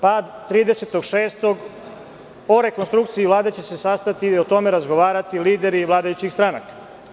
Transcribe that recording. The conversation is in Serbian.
Pa, 30. juna – o rekonstrukciji Vlade će se sastati i o tome razgovarati lideri vladajućih stranaka.